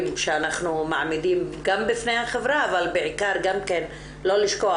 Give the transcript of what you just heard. שאנחנו מעמידים גם בפני החברה אבל בעיקר גגם כן לא לשכוח,